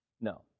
No